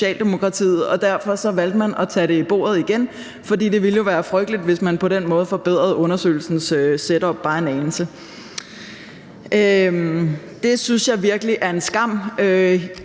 Derfor valgte man at tage det af bordet igen, fordi det jo ville være frygteligt, hvis man på den måde forbedrede undersøgelsens setup bare en anelse. Det synes jeg virkelig er en skam.